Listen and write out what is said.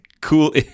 cool